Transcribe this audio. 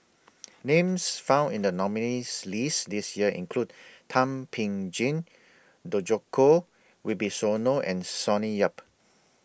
Names found in The nominees' list This Year include Thum Ping Tjin Djoko Wibisono and Sonny Yap